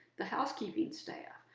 the housekeeping staff.